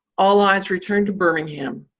all eyes returned to birmingham,